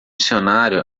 dicionário